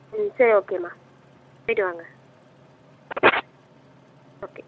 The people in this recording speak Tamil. ம் சரி ஓகே மா போயிட்டுவாங்க ஓகே